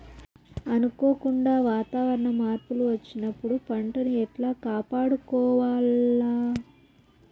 అనుకోకుండా వాతావరణ మార్పులు వచ్చినప్పుడు పంటను ఎట్లా కాపాడుకోవాల్ల?